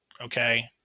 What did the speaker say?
Okay